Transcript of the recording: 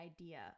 idea